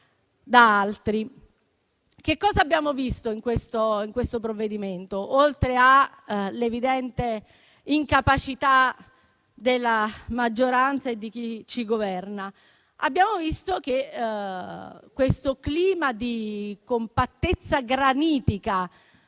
da altri. Che cosa abbiamo visto in questo provvedimento, oltre all'evidente incapacità della maggioranza e di chi ci governa? Abbiamo visto che questo clima di compattezza granitica